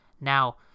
Now